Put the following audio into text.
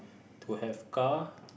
to have car